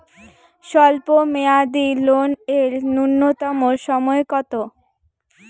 স্বল্প মেয়াদী লোন এর নূন্যতম সময় কতো?